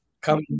Come